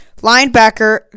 linebacker